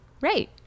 right